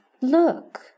look